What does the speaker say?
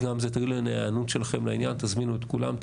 תזמינו את כולם,